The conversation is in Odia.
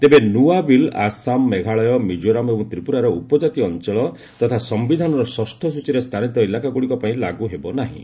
ତେବେ ନୂଆ ବିଲ୍ ଆସାମ ମେଘାଳୟ ମିଜୋରାମ ଏବଂ ତ୍ରିପୁରାର ଉପଜାତି ଅଞ୍ଚଳ ତଥା ସମ୍ଭିଧାନର ଷଷ୍ଠ ସୂଚୀରେ ସ୍ଥାନୀତ ଇଲାକାଗୁଡ଼ିକ ପାଇଁ ଲାଗୁ ହେବ ନାହିଁ